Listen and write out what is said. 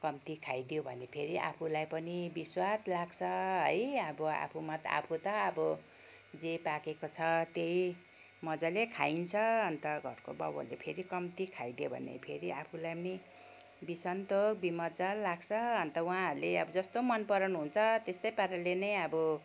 कम्ती खाइदियो भने आफूलाई पनि बिस्वाद लाग्छ है अब आफू त आफू त अब जे पाकेको छ त्यही मजाले खाइन्छ अन्त घरको बाउहरूले फेरि कम्ती खाइदियो भने फेरि आफूलाई नि बेसन्तोष बिमजा लाग्छ अन्त उहाँहरूले जस्तो मनपराउनु हुन्छ त्यस्तै पाराले नै अब